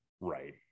Right